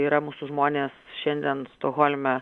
yra mūsų žmonės šiandien stokholme